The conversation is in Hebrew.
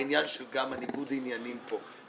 גם העניין של ניגוד העניינים פה,